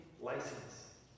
license